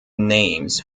names